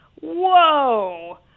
whoa